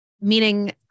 meaning